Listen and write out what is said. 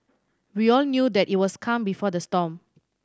we all knew that it was calm before the storm